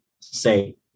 say